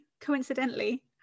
coincidentally